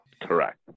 Correct